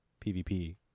PVP